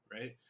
right